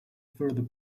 further